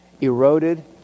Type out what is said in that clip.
eroded